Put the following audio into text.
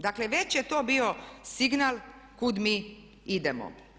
Dakle, već je to bio signal kud mi idemo.